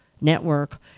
network